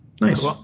nice